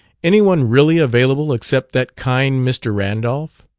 anyone really available except that kind mr. randolph?